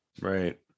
Right